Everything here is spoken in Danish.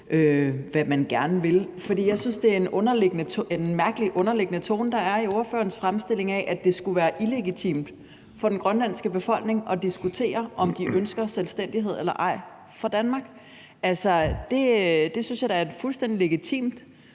hvad man gerne vil. For jeg synes, der er en mærkelig underliggende tone i ordførerens fremstilling af det, nemlig at det skulle være illegitimt for den grønlandske befolkning at diskutere, om de ønsker selvstændighed eller ej i forhold til Danmark. Det synes jeg da er et fuldstændig legitimt